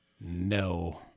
No